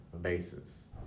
basis